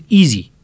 easy